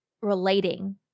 relating